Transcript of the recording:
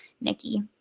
Nikki